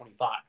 25